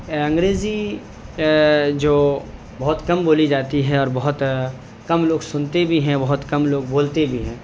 انگریزی جو بہت کم بولی جاتی ہے اور بہت کم لوگ سنتے بھی ہیں بہت کم لوگ بولتے بھی ہیں